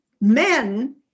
men